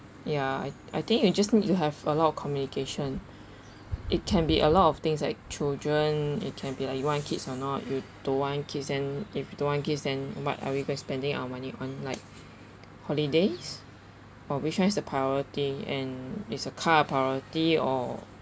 ya I I think you just need to have a lot of communication it can be a lot of things like children it can be like you want kids or not you don't want kids then if you don't want kids then what are we going to spending our money on like holidays or which one is the priority and is a car a priority or